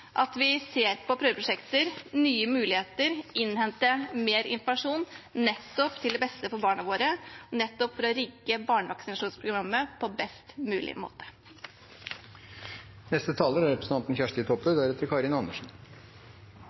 at vi ser på prøveprosjekter og nye muligheter og innhenter mer informasjon, til det beste for barna våre nettopp for å rigge barnevaksinasjonsprogrammet på en best mulig måte. Takk til interpellanten, som har reist ein debatt som dessverre er